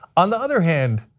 on the other hand,